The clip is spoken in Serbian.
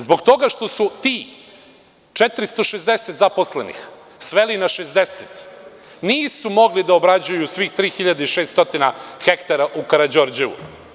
Zbog toga što su tih 460 zaposlenih sveli na 60 nisu mogli da obrađuju svih 3.600 ha u Karađorđevu.